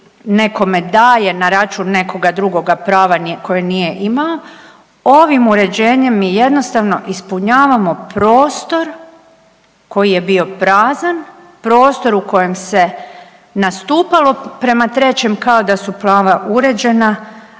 nekome daje na račun nekoga drugoga prava koje nije imao. Ovim uređenjem mi jednostavno ispunjavamo prostor koji je bio prazan, prostor u kojem se nastupalo prema trećem kao da su prava uređena